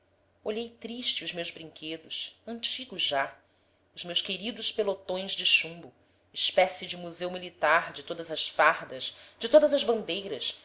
olhei triste os meus brinquedos antigos já os meus queridos pelotões de chumbo espécie de museu militar de todas as fardas de todas as bandeiras